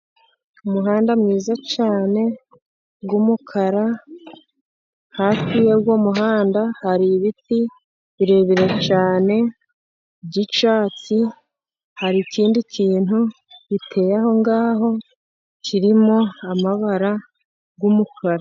Umuhanda mwiza cyane w' umukara hafi y'uwo muhanda hari ibiti birebire cyane by'icyatsi, hari ikindi kintu giteye aho ngaho kirimo amabara y'umukara .